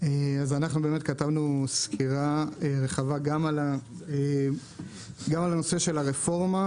כתבנו סקירה רחבה גם על הנושא של הרפורמה,